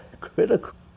critical